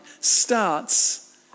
starts